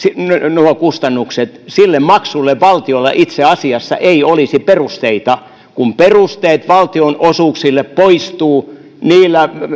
nuo kustannukset sille maksulle valtiolla itse asiassa ei olisi perusteita kun perusteet valtionosuuksille poistuvat niillä